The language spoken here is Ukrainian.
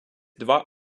два